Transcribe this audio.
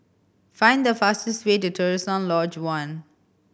find the fastest way to Terusan Lodge One